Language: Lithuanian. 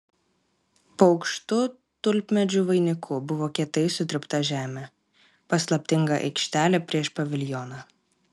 po aukštu tulpmedžių vainiku buvo kietai sutrypta žemė paslaptinga aikštelė prieš paviljoną